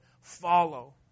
follow